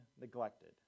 neglected